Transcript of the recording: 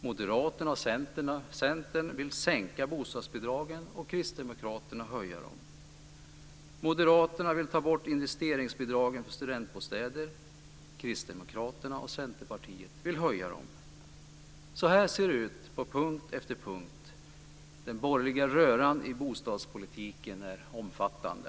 Moderaterna och Centern vill sänka bostadsbidragen, och Kristdemokraterna höja dem. Moderaterna vill ta bort investeringsbidragen för studentbostäder, Kristdemokraterna och Centerpartiet vill höja dem. Så här ser det ut på punkt efter punkt. Den borgerliga röran i bostadspolitiken är omfattande.